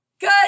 Good